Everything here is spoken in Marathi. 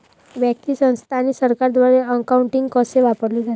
व्यक्ती, संस्था आणि सरकारद्वारे अकाउंटिंग कसे वापरले जाते